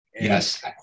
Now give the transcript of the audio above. Yes